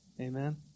Amen